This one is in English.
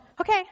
Okay